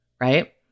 right